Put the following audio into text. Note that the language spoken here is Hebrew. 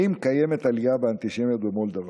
האם קיימת עלייה באנטישמיות במולדובה,